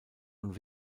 und